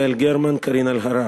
יעל גרמן וקארין אלהרר,